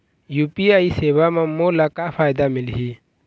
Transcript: UPI सेवा म मोला का फायदा मिलही?